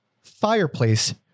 fireplace